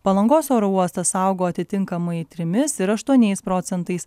palangos oro uostas augo atitinkamai trimis ir aštuoniais procentais